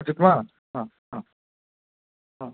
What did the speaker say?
வச்சிடட்டுமா ஆ ஆ ஆ